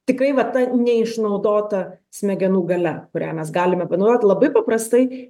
tikrai va ta neišnaudota smegenų galia kurią mes galime panaudoti labai paprastai